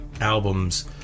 albums